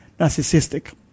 narcissistic